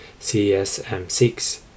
CSM6